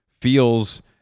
feels